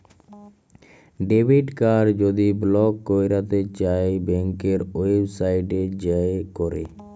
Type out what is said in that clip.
debit card যদি block ক্যইরতে চাই ব্যাংকের ওয়েবসাইটে যাঁয়ে ক্যরে